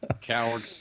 Coward